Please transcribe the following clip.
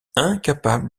incapable